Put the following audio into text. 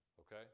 Okay